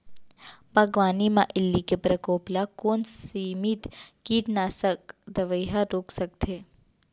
बागवानी म इल्ली के प्रकोप ल कोन सीमित कीटनाशक दवई ह रोक सकथे?